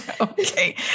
Okay